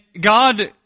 God